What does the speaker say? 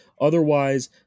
Otherwise